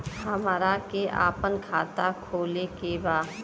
हमरा के अपना खाता खोले के बा?